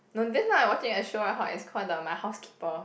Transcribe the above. no just now I watching that show right hor it's called the My Housekeeper